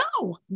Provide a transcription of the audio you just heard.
No